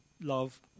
love